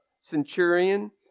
centurion